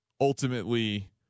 ultimately